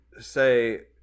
say